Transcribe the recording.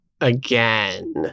again